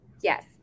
Yes